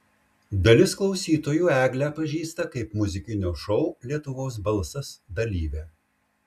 dalis klausytojų eglę pažįsta kaip muzikinio šou lietuvos balsas dalyvę